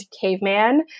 Caveman